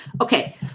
Okay